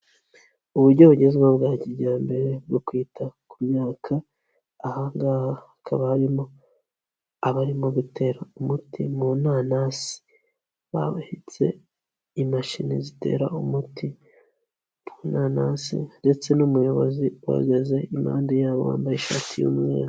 Uburyo bugezweho bwa kijyambere bwo kwita ku myaka, aha ngaha hakaba harimo abarimo gutera umuti mu nanasi bakaba bahetse imashini zitera umuti mu nanasi ndetse n'umuyobozi uhagaze impande yabo wambaye ishati y'umweru.